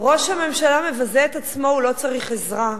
ראש הממשלה מבזה את עצמו, הוא לא צריך עזרה,